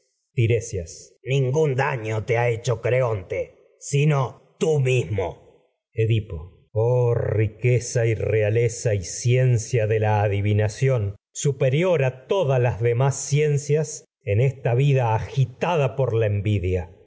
ningún daño te ha hecho creonte sino mismo edipo oh riqueza a y realeza las y ciencia de la en adi esta en vinación vida los superior por por todas demás ciencias agitada si la envidia